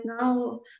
now